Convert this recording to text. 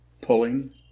Pulling